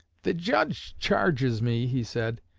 the judge charges me, he said,